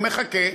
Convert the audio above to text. הוא מחכה.